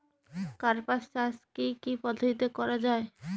কার্পাস চাষ কী কী পদ্ধতিতে করা য়ায়?